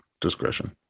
discretion